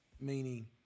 Meaning